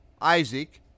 Isaac